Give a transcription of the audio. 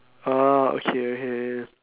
orh okay okay